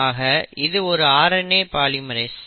ஆக இது ஒரு RNA பாலிமெரேஸ்